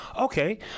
Okay